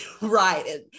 Right